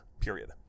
Period